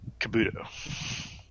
Kabuto